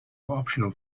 optional